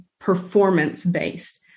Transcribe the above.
performance-based